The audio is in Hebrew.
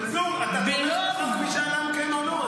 מנסור, אתה תומך בממשלה, כן או לא?